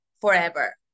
forever